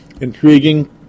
Intriguing